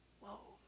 Whoa